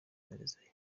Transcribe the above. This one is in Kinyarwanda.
mperezayo